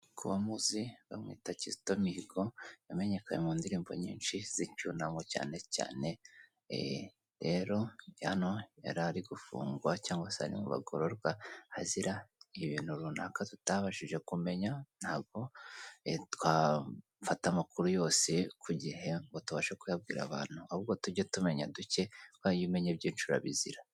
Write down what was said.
Ku bamuzi bamwita Kizito Mihigo, yamenyekanye mu ndirimbo nyinshi z'icyunamo cyane cyane, rero hano yari ari gufungwa cyangwa ari mu bagororwa, azira ibintu runaka tutabashije kumenya, ntabwo twafata amakuru yose ku gihe ngo tubashe kuyabwira abantu ahubwo tujye tumenya duke kubera ko iyo umenye byinshi urabizira.